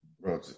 Bro